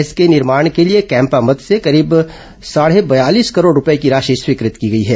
इनके निर्माण के लिए कैम्पा मद के तहत करीब साढ़े बयालीस करोड़ रूपये की राशि स्वीकृत की गई है